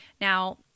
now